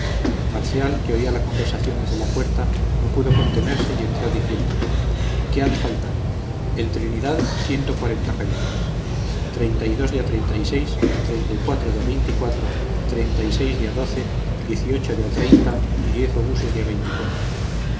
marcial que oía la conversación desde la puerta no pudo contenerse y entró diciendo qué ha de faltar el trinidad ciento cuarenta cañones treinta y dos de a treinta y cuatro de treinta y seis de a de a treinta y diez de a